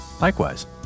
Likewise